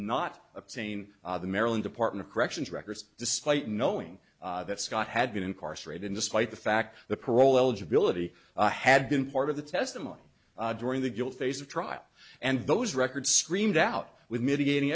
not obtain the maryland department of corrections records despite knowing that scott had been incarcerated despite the fact the parole eligibility had been part of the testimony during the guilt phase of trial and those records screamed out with mitigating